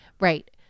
Right